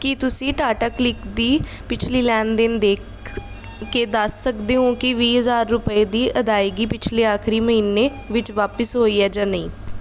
ਕੀ ਤੁਸੀਂਂ ਟਾਟਾਕਲਿਕ ਦੀ ਪਿਛਲੀ ਲੈਣ ਦੇਣ ਦੇਖ ਕੇ ਦੱਸ ਸਕਦੇ ਹੋ ਕਿ ਵੀਹ ਹਜ਼ਾਰ ਰੁਪਏ ਦੀ ਅਦਾਇਗੀ ਪਿਛਲੇ ਆਖਰੀ ਮਹੀਨੇ ਵਿੱਚ ਵਾਪਸ ਹੋਈ ਹੈ ਜਾਂ ਨਹੀਂ